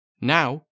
Now